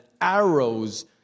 arrows